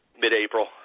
mid-April